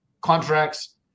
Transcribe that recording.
contracts